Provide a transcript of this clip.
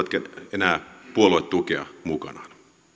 enää puoluetukea mukanaan